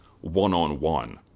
one-on-one